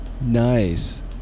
Nice